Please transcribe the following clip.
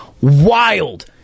wild